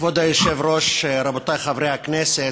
כבוד היושב-ראש, רבותיי חברי הכנסת,